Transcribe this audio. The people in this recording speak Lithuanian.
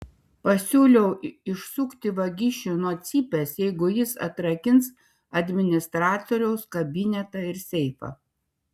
pasiūliau išsukti vagišių nuo cypės jeigu jis atrakins administratoriaus kabinetą ir seifą